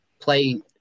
play